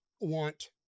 want